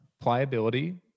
pliability